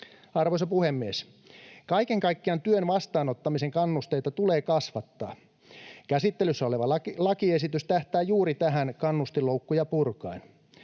Arvoisa puhemies! Kaiken kaikkiaan työn vastaanottamisen kannusteita tulee kasvattaa. Käsittelyssä oleva lakiesitys tähtää juuri tähän kannustinloukkuja purkaen.